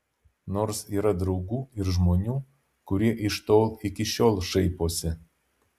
nors yra draugų ir žmonių kurie iš to iki šiol šaiposi